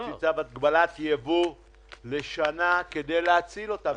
להוציא צו הגבלת ייבוא לשנה כדי להציל אותם.